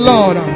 Lord